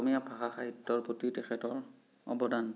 অসমীয়া ভাষা সাহিত্যৰ প্ৰতি তেওঁৰ অৱদান